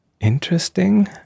Interesting